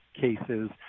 cases